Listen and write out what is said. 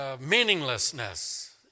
meaninglessness